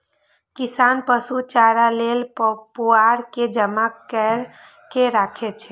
किसान पशु चारा लेल पुआर के जमा कैर के राखै छै